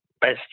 best